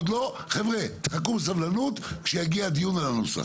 חבר'ה, תחכו בסבלנות שיגיע הדיון על הנושא.